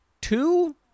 two